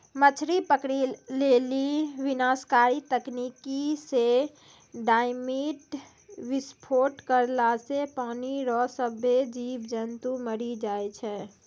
मछली पकड़ै लेली विनाशकारी तकनीकी से डेनामाईट विस्फोट करला से पानी रो सभ्भे जीब जन्तु मरी जाय छै